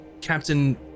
Captain